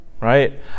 right